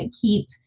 keep